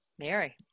Mary